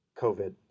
COVID